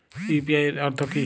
UPI এর অর্থ কি?